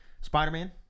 Spider-Man